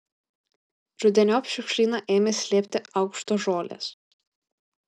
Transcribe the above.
rudeniop šiukšlyną ėmė slėpti aukštos žolės